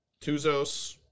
Tuzos